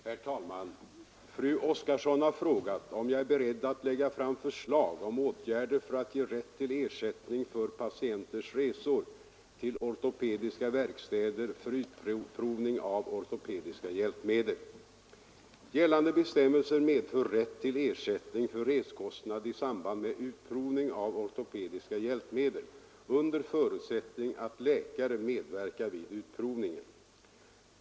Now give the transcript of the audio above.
Herr talman! Fru Oskarsson har frågat om jag är beredd att lägga fram förslag om åtgärder för att ge rätt till ersättning för patienters resor till ortopediska verkstäder för utprovning av ortopediska hjälpmedel. Gällande bestämmelser medför rätt till ersättning för resekostnad i samband med utprovning av ortopediska hjälpmedel under förutsättning att läkare medverkar vid utprovningen.